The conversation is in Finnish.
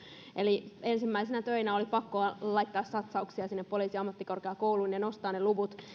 eli ensimmäisinä töinä oli pakko laittaa satsauksia sinne poliisiammattikorkeakouluun ja nostaa ne luvut